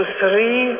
three